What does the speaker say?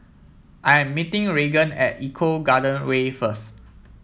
I am meeting Regan at Eco Garden Way first